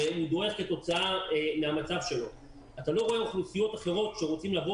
אתה לא רואה אוכלוסיות אחרות שרוצות לבוא